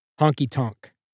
honky-tonk